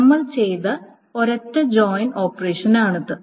നമ്മൾ ചെയ്ത ഒരൊറ്റ ജോയിൻ ഓപ്പറേഷനാണിത്